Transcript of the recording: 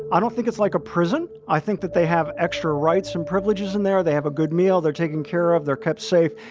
i don't think it's like a prison. i think that they have extra rights and privileges in there. they have a good meal. they're taken care of. they're kept safe.